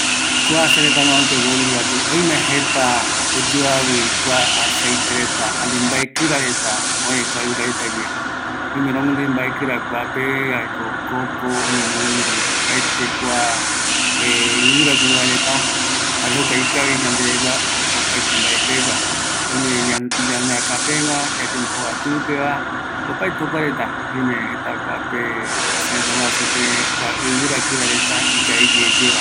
Kua sërëtäpe oime jeta ɨvɨra kɨra reta oyeesava, öime coco, almendra, zanahoria, opaete kuare mbaetï semaendua, yauvaera möara, jare tembiu peguara